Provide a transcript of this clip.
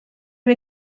wir